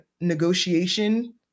negotiation